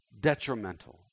detrimental